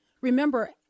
Remember